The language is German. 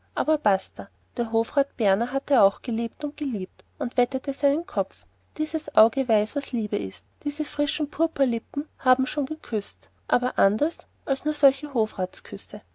basta der hofrat berner hat auch gelebt und geliebt und wettet seinen kopf dieses auge weiß was liebe ist diese frischen purpurlippen haben schon geküßt aber anders als nur solche